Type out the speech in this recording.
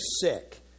sick